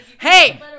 hey